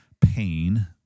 pain